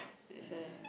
that's why